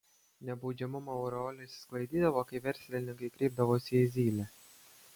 nebaudžiamumo aureolė išsisklaidydavo kai verslininkai kreipdavosi į zylę